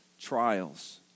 trials